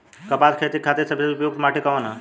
कपास क खेती के खातिर सबसे उपयुक्त माटी कवन ह?